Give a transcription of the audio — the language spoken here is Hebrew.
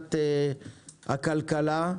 בוועדת הכלכלה.